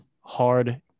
hard